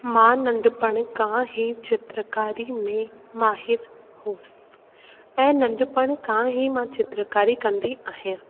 मां नंढपण खां ई चित्रकारी में माहिरु हुअसि ऐं नंढपण खां ई मां चित्रकारी कंदी आहियां